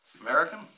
American